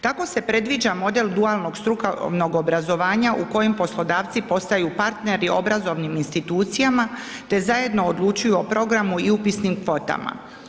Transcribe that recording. Tako se predviđa model dualnog strukovnog obrazovanja u kojem poslodavci postaju partneri obrazovnim institucijama te zajedno odlučuju o programu i upisnim kvotama.